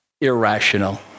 irrational